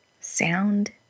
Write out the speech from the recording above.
sound